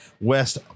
West